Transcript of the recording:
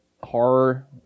horror